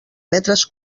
metres